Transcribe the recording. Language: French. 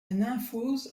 nymphose